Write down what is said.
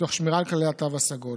תוך שמירה על כללי התו הסגול.